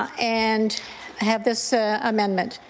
and have this ah amendment.